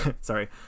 Sorry